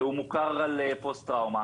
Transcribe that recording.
והוא מוכר על פוסט טראומה